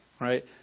Right